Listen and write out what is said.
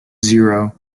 zero